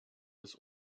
des